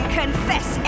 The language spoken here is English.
confess